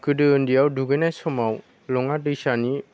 गोदो उन्दैयाव दुगैनाय समाव लङा दैसानि